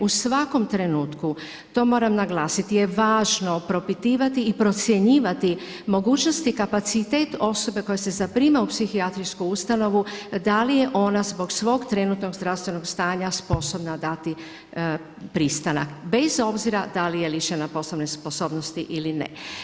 U svakom trenutku, to moram naglasiti je važno propitivati i procjenjivati mogućnosti kapaciteta osobe koja se zaprima u psihijatrijsku ustanovu da li je ona zbog svog trenutnog zdravstvenog stanja sposobna dati pristanak, bez obzira da li je lišena poslovne sposobnosti ili ne.